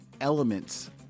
elements